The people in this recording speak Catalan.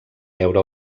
veure